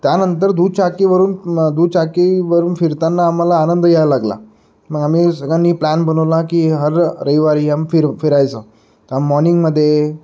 त्यानंतर दुचाकीवरून न दुचाकीवरून फिरताना आम्हाला आनंद यायला लागला मग आम्ही सगळ्यांनी प्लॅन बनवला की हर रविवारी आम् फिर फिरायचं आ मॉनिंगमध्ये